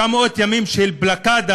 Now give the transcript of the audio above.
900 ימים של блокада,